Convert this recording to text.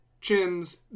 chins